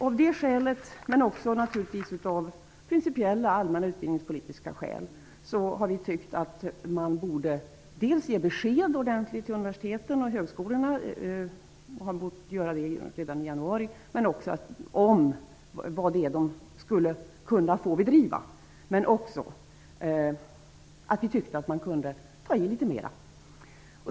Av det skälet, men naturligtvis också av principiella allmänna utbildningspolitiska skäl, har vi tyckt att man borde dels ha gett ordentliga besked till universiteten och högskolorna -- och det borde ha skett redan i januari -- dels ha talat om vad dessa skulle kunna få bedriva. Dessutom tycker vi att man kunde ha tagit i litet mera.